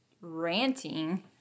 ranting